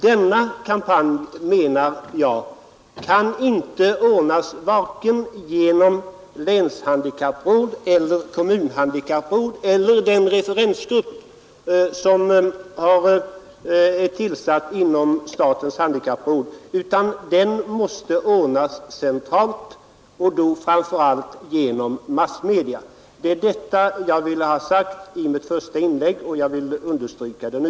Denna kampanj kan inte ordnas vare sig genom länshandikappråd, kommunhandikappråd eller genom den referensgrupp som har tillsatts inom statens handikappråd, utan den måste ordnas centralt och då framför allt genom massmedia. Det är detta jag ville ha sagt i mitt första anförande och jag understryker det nu.